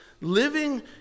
Living